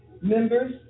Members